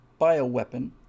bioweapon